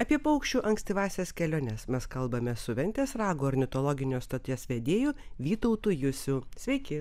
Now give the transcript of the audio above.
apie paukščių ankstyvąsias keliones mes kalbame su ventės rago ornitologinės stoties vedėju vytautu jusiu sveiki